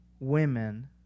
women